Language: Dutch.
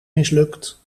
mislukt